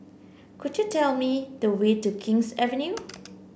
could you tell me the way to King's Avenue